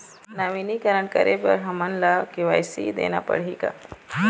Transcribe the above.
नवीनीकरण करे बर हमन ला के.वाई.सी देना पड़ही का?